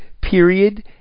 Period